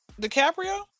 DiCaprio